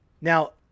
Now